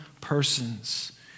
persons